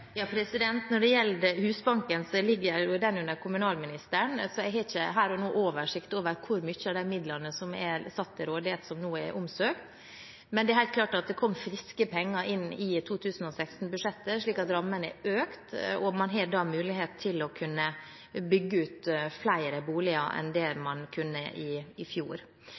Når det gjelder Husbanken, ligger den under kommunalministeren, så jeg har ikke her og nå oversikt over hvor mye av de midlene som er satt til rådighet, som nå er omsøkt. Men det er helt klart at det kom friske penger inn i 2016-budsjettet, slik at rammen er økt, og da har man mulighet til å kunne bygge ut flere boliger enn det man kunne i fjor.